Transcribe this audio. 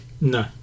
No